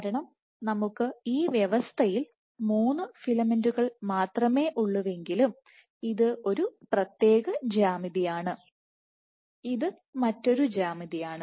കാരണം നമുക്ക് ഈ വ്യവസ്ഥയിൽ മൂന്ന് ഫിലമെന്റുകൾ മാത്രമേ ഉള്ളൂവെങ്കിലും ഇത് ഒരു പ്രത്യേക ജ്യാമിതിയാണ് ഇത് മറ്റൊരു ജ്യാമിതിയാണ്